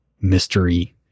mystery